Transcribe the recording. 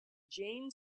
jane